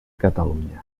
catalunya